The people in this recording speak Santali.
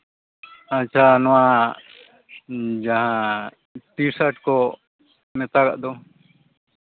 ᱟᱪᱪᱷᱟ ᱱᱚᱣᱟ ᱡᱟᱦᱟᱸ ᱴᱤ ᱥᱟᱨᱴ ᱠᱚ ᱱᱮᱛᱟᱨᱟᱜ ᱫᱚ